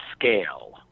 scale